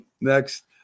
next